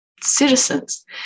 citizens